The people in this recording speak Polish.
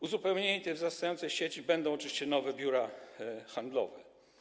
Uzupełnieniem tej wzrastającej sieci będą oczywiście nowe biura handlowe.